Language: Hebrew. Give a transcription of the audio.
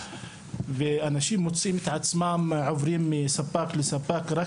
אנשים מוצאים את עצמם עוברים מספק לספק רק